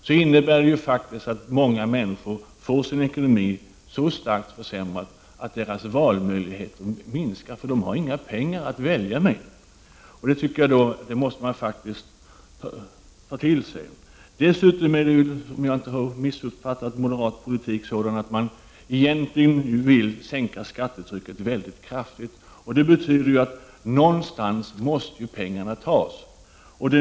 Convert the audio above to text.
Detta innebär i verkligheten att många människor får sin ekonomi så starkt försäm rad att deras valmöjligheter minskar; de har inga pengar att använda till fria val. Detta måste man faktiskt ta till sig. Dessutom vill moderaterna, om jag inte har missuppfattat deras politik, egentligen sänka skattetrycket mycket kraftigt. Det betyder att pengarna måste tas någonstans.